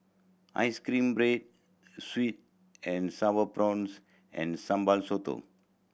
ice cream bread sweet and Sour Prawns and Sambal Sotong